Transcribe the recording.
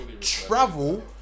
travel